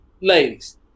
ladies